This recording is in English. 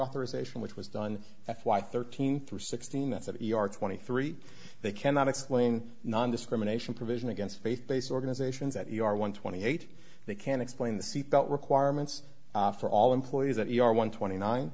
authorization which was done f y thirteen through sixteen s n e r twenty three they cannot explain nondiscrimination provision against faith based organizations that you are one twenty eight they can explain the seatbelt requirements for all employees that you are one twenty nine